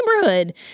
neighborhood